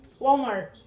Walmart